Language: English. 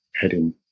heading